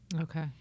Okay